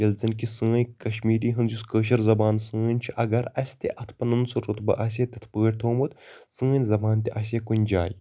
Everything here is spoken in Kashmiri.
ییٚلہِ زَن کہِ سٲنۍ کَشمیٖری ہُنٛد یُس کٲشر زَبان سٲنۍ چھِ اَگر اسہِ تہِ اَتھ پَنُن سُہ رُتبہٕ آسہِ ہے تِتھ پٲٹھۍ تھومُت سٲنۍ زَبان تہِ آسہِ ہے کُنہِ جایہِ